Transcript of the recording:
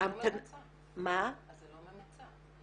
- אז זה לא ממוצע.